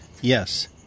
Yes